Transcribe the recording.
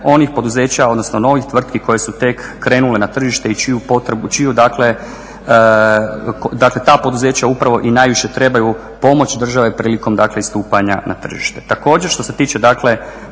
onih poduzeća odnosno novih tvrtki koje su tek krenule na tržište i dakle ta poduzeća upravo i najviše trebaju pomoć države prilikom dakle istupanja na tržište. Također, što se tiče dakle